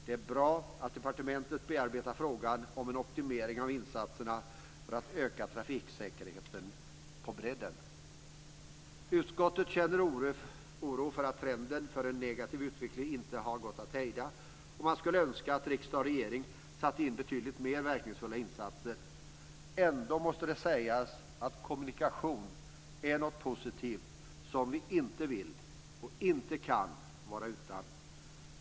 Det är bra att departementet bearbetar frågan om en optimering av insatserna för att öka trafiksäkerheten "på bredden". Utskottet känner oro för att trenden för en negativ utveckling inte gått att hejda. Man skulle önska att riksdag och regering satte in betydligt verkningsfullare insatser. Ändå måste det sägas att kommunikation är något positivt som vi inte vill, och inte kan, vara utan.